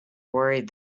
worried